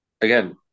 again